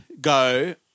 go